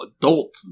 adult